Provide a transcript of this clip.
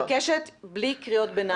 האורחים מבחוץ, מותר להם לקרוא קריאות ביניים?